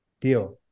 deal